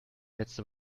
letzte